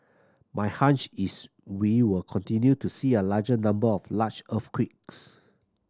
my hunch is we will continue to see a larger number of large earthquakes